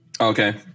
Okay